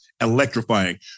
electrifying